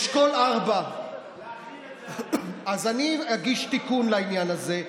אשכול 4. אז אני אגיש תיקון לעניין הזה.